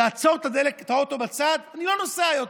לעצור את האוטו בצד, אני לא נוסע יותר,